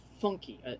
funky